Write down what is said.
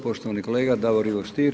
Poštovani kolega Davor Ivo Stier.